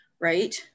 Right